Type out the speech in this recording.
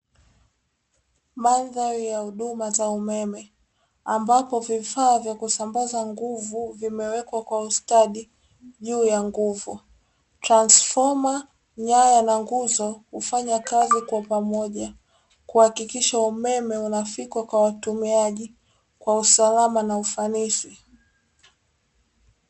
Mandari ya huduma za umeme, ambapo vifaa vya kusambaza nguvu vimewekwa kwa ustadi juu ya nguvu transforma nyaya na nguzo, hufanya kazi kwa pamoja kuhakikisha umeme unafikwa kwa watumiaji kwa usalama na ufanisi.